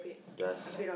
just